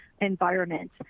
environment